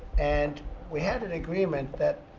and we had an agreement that,